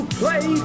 play